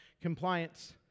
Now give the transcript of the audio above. compliance